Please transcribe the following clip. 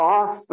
ask